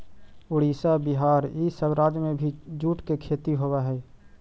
उड़ीसा, बिहार, इ सब राज्य में भी जूट के खेती होवऽ हई